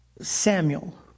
Samuel